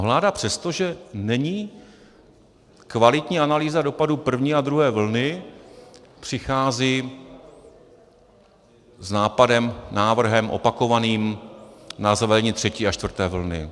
Vláda přesto, že není kvalitní analýza dopadu první a druhé vlny, přichází s nápadem, návrhem opakovaným na zavedení třetí a čtvrté vlny.